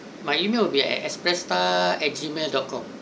my email will be express star at Gmail dot com